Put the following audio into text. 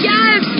Yes